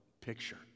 picture